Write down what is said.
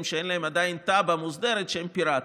שאין להם עדיין תב"ע מוסדרת שהם פיראטיים.